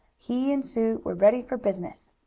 he and sue were ready for business.